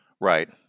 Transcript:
Right